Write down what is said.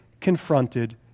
confronted